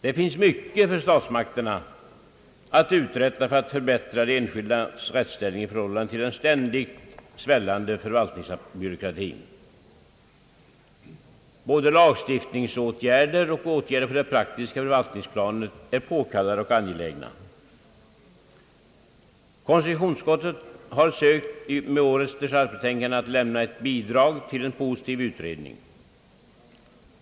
Det finns mycket för statsmakterna att uträtta för att förbättra de enskildas rättsställning i förhållande till den ständigt svällande förvaltningsbyråkratin. Både lagstiftningsåtgärder och åtgärder på det praktiska förvaltningsplanet är påkallade och angelägna. Konstitutionsutskottet har med årets dechargebetänkande sökt lämna ett bidrag till en positiv utredning.